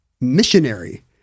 missionary